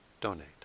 donate